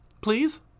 Please